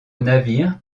navires